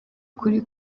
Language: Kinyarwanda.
ukuri